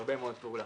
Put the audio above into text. הרבה מאוד פעולה.